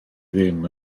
ddim